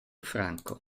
franco